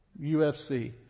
UFC